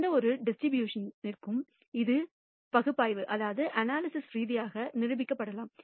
எந்தவொரு டிஸ்ட்ரிபியூஷன் த்திற்கும் இது பகுப்பாய்வு ரீதியாக நிரூபிக்கப்படலாம்